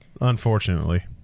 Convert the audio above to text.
unfortunately